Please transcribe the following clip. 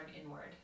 inward